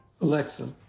Alexa